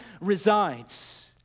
resides